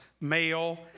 male